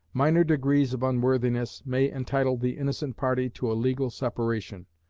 minor degrees of unworthiness may entitle the innocent party to a legal separation,